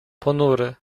ponury